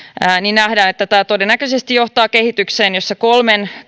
nähdään että tämä todennäköisesti johtaa kehitykseen jossa kolmen